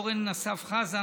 אורן אסף חזן,